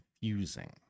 confusing